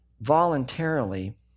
voluntarily